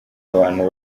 abantu